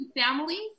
families